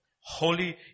Holy